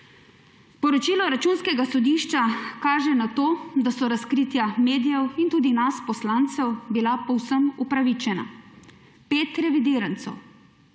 poročilo Računskega sodišča kaže na to, da so razkritja medijev in tudi nas, poslancev, bila povsem upravičena. 5 revidirancev.